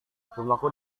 rumahku